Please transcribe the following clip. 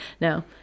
No